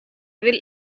will